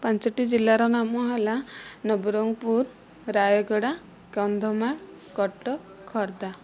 ପାଞ୍ଚଟି ଜିଲ୍ଲାର ନାମ ହେଲା ନବରଙ୍ଗପୁର ରାୟଗଡ଼ା କନ୍ଧମାଳ କଟକ ଖୋର୍ଦ୍ଧା